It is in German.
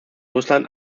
russland